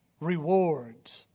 rewards